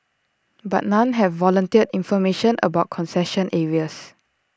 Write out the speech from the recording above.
but none have volunteered information about concession areas